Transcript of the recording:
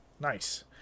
Nice